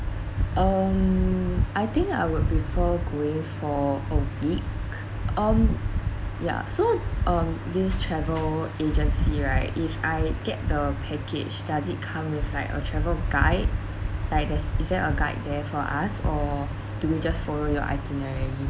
um I think I would prefer going for a week um yeah so um this travel agency right if I get the package does it comes with like a travel guide like is is there a guide there for us or do we just follow your itinerary